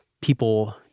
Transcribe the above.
people